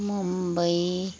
Mumbai